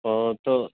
او تو